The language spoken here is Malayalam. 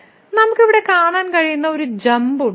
നമുക്ക് ഇവിടെ കാണാൻ കഴിയുന്ന ഒരു ജമ്പ് ഉണ്ട്